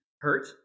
Hurt